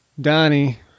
Donnie